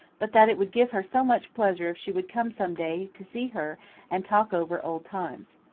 but that it would give her so much pleasure if she would come some day to see her and talk over old times.